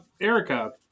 Erica